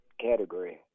category